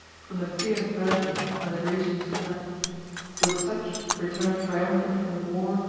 from the fierce virgin when the grecians fled with such, return'd triumphant from the war,